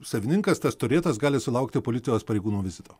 savininkas tas turėtas gali sulaukti policijos pareigūnų vizito